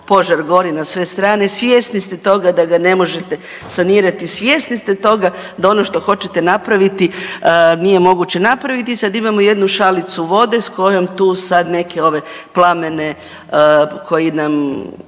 požar gori na sve strane, svjesni ste toga da ga ne možete sanirati, svjesni ste toga da ono što hoćete napraviti nije moguće napraviti, sad imamo jednu šalicu vode s kojom tu sad neke ove plamene koji nam